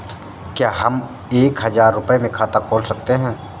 क्या हम एक हजार रुपये से खाता खोल सकते हैं?